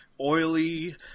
oily